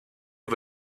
les